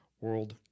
World